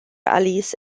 alice